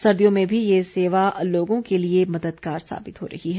सर्दियों में भी ये सेवा लोगों के लिए मददगार साबित हो रही है